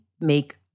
make